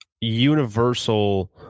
universal